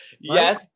yes